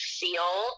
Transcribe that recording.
feel